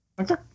Okay